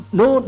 no